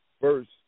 first